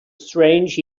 strange